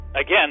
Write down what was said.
again